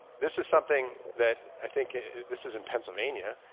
this is something that i think this is in pennsylvania,